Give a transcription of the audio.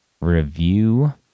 review